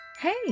Hey